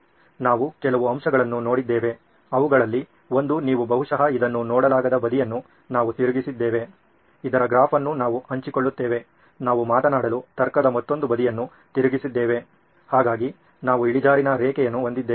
ನಾವು ಕೆಲವು ಅಂಶಗಳನ್ನು ನೋಡಿದ್ದೇವೆ ಅವುಗಳಲ್ಲಿ ಒಂದು ನೀವು ಬಹುಶಃ ಇದನ್ನು ನೋಡಲಾಗದ ಬದಿಯನ್ನು ನಾವು ತಿರುಗಿಸಿದ್ದೇವೆ ಇದರ ಗ್ರಾಫ್ ಅನ್ನು ನಾವು ಹಂಚಿಕೊಳ್ಳುತ್ತೇವೆ ನಾವು ಮಾತನಾಡಲು ತರ್ಕದ ಮತ್ತೊಂದು ಬದಿಗಳನ್ನು ತಿರುಗಿಸಿದ್ದೇವೆ ಹಾಗಾಗಿ ನಾವು ಇಳಿಜಾರಿನ ರೇಖೆಯನ್ನು ಹೊಂದಿದ್ದೇವೆ